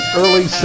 early